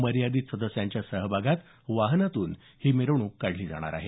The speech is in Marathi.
मर्यादित सदस्यांच्या सहभागात वाहनातून ही मिरवणूक काढली जाणार आहे